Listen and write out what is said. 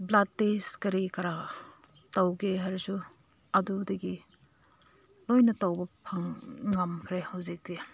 blood test ꯀꯔꯤ ꯀꯔꯥ ꯇꯧꯒꯦ ꯍꯥꯏꯔꯁꯨ ꯑꯗꯨꯗꯒꯤ ꯂꯣꯏꯅ ꯇꯧꯕ ꯉꯝꯈ꯭ꯔꯦ ꯍꯧꯖꯤꯛꯇꯤ